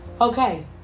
okay